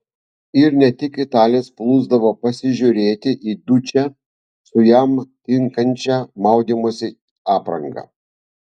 ir ne tik italės plūsdavo pasižiūrėti į dučę su jam tinkančia maudymosi apranga